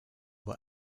were